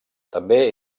també